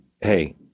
Hey